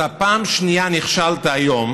אתה פעם שנייה נכשלת היום